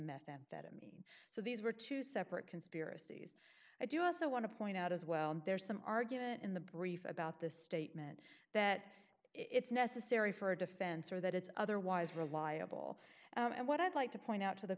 methamphetamine so these were two separate conspiracies i do also want to point out as well there's some argument in the brief about the statement that it's necessary for a defense or that it's otherwise reliable and what i'd like to point out to the